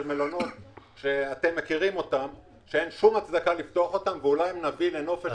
מלונות שאין שום הצדקה לפתוח אותם ואולי אם נביא לנופש